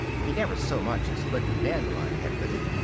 he never so much as flicked a dandelion head with it.